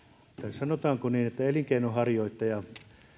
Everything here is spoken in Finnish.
sanotaanko niin että elinkeinonharjoittaja